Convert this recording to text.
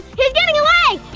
he's getting away!